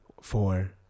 four